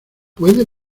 puede